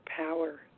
power